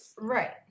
Right